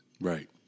right